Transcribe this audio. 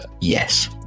Yes